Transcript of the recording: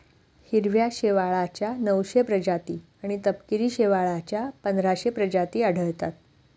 हिरव्या शेवाळाच्या नऊशे प्रजाती आणि तपकिरी शेवाळाच्या पंधराशे प्रजाती आढळतात